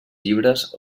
llibres